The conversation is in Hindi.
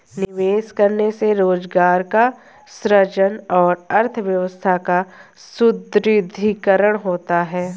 निवेश करने से रोजगार का सृजन और अर्थव्यवस्था का सुदृढ़ीकरण होता है